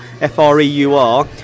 F-R-E-U-R